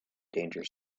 danger